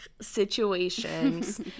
situations